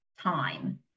time